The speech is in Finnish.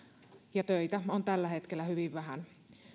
ja töitä on tällä hetkellä hyvin vähän